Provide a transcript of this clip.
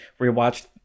rewatched